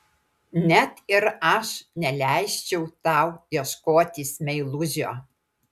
net ir aš neleisčiau tau ieškotis meilužio